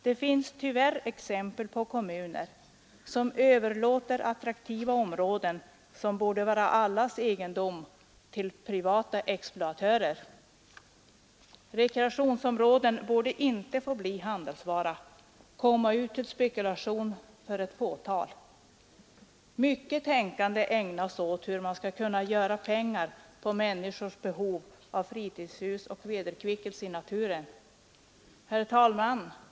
Det finns tyvärr exempel på kommuner som överlåter attraktiva områden, som borde vara allas egendom, till privata exploatörer. Rekreationsområden borde inte få bli handelsvara, komma ut till spekulation för ett fåtal. Mycket tänkande ägnas åt hur man skall kunna göra pengar på människors behov av fritidshus och vederkvickelse i naturen. Herr talman!